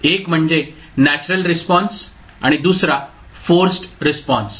1 म्हणजे natural response आणि दुसरा फोर्सड रिस्पॉन्स